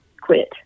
quit